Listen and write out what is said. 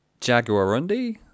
Jaguarundi